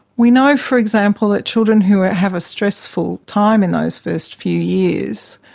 we know, for example, that children who have a stressful time in those first few years,